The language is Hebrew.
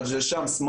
מג'דל א-שמס,